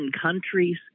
countries